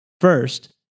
First